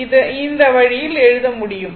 இதை இந்த வழியில் எழுத முடியும்